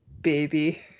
baby